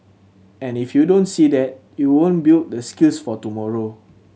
and if you don't see that you won't build the skills for tomorrow